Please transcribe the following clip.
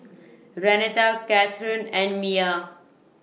Renata Cathern and Miya